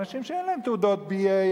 אנשים שאין להם תעודות BA,